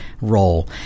role